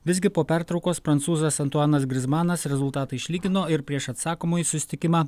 visgi po pertraukos prancūzas antuanas grizmanas rezultatą išlygino ir prieš atsakomąjį susitikimą